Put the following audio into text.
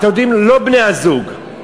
לא בני-הזוג,